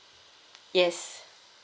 yes